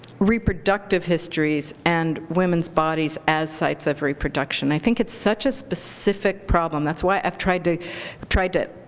reproductive histories and women's bodies as sites of reproduction. i think it's such a specific problem. that's why i've tried to tried to